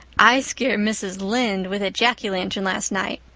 i scared mrs. lynde with a jacky lantern last nite.